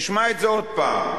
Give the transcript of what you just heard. תשמע את זה עוד פעם.